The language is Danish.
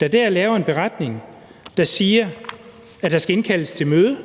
som dér laver en beretning, som siger, at der skal indkaldes til møde.